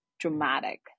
dramatic